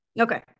Okay